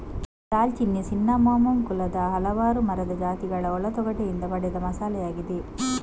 ದಾಲ್ಚಿನ್ನಿ ಸಿನ್ನಮೋಮಮ್ ಕುಲದ ಹಲವಾರು ಮರದ ಜಾತಿಗಳ ಒಳ ತೊಗಟೆಯಿಂದ ಪಡೆದ ಮಸಾಲೆಯಾಗಿದೆ